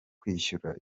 kwishyura